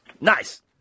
Nice